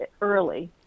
early